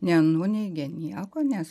nenuneigia nieko nes